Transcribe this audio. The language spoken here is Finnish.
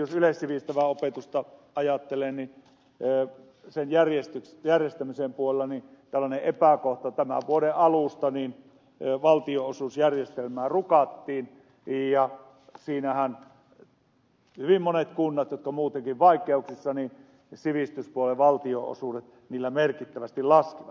jos yleissivistävää opetusta ajattelee niin sen järjestämisen puolella on tällainen epäkohta että tämän vuoden alusta valtionosuusjärjestelmää rukattiin ja siinähän hyvin monilla kunnilla jotka ovat muutenkin vaikeuksissa sivistyspuolen valtionosuudet merkittävästi laskivat